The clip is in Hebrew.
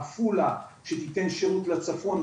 עפולה שתיתן שירות לצפון,